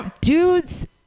dudes